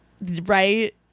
right